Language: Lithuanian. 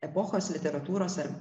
epochos literatūros ar